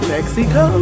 Mexico